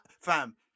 fam